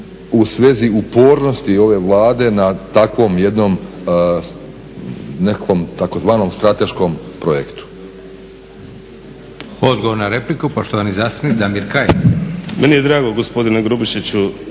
u svezi upornosti ove Vlade na takvom jednom nekakvom tzv. strateškom projektu.